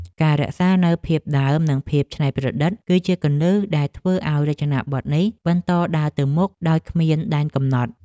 ការរក្សានូវភាពដើមនិងភាពច្នៃប្រឌិត គឺជាគន្លឹះដែលធ្វើឱ្យរចនាប័ទ្មនេះបន្តដើរទៅមុខដោយគ្មានដែនកំណត់។